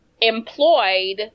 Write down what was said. employed